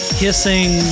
hissing